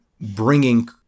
bringing